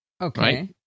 Okay